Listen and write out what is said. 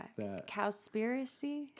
Cowspiracy